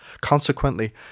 Consequently